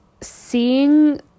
seeing